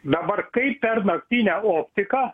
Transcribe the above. dabar kaip per naktinę optiką